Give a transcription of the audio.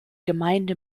gemeinde